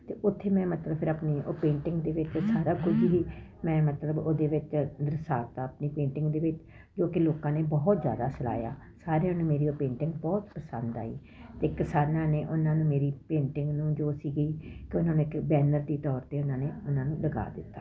ਤੇ ਓਥੇ ਮੈਂ ਮਤਲਵ ਫਿਰ ਆਪਣੀ ਪੇਂਟਿੰਗ ਦੇ ਵਿੱਚ ਇਹ ਸਾਰਾ ਕੁੱਝ ਹੀ ਮੈਂ ਮਤਲਵ ਉਹਦੇ ਵਿੱਚ ਦਰਸਾ ਤਾ ਆਪਣੀ ਪੇਂਟਿੰਗ ਦੇ ਵਿੱਚ ਜੋ ਕੀ ਲੋਕਾਂ ਨੇ ਬਹੁਤ ਜਿਆਦਾ ਸਲਾਇਆ ਸਾਰਿਆਂ ਨੂੰ ਮੇਰੀ ਓਹ ਪੇਂਟਿੰਗ ਬਹੁਤ ਪਸੰਦ ਆਈ ਤੇ ਕਿਸਾਨਾਂ ਨੇ ਉਹਨਾਂ ਨੂੰ ਮੇਰੀ ਪੇੇਂਟਿੰਗ ਨੂੰ ਜੋ ਸੀ ਤੇ ਉਹਨਾਂ ਨੇ ਬੈਨਰ ਦੀ ਤੌਰ ਤੇ ਉਹਨਾਂ ਨੇ ਉਨਾਂ ਨੂੰ ਲਗਾ ਦਿੱਤਾ